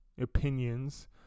opinions